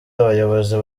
abayobozi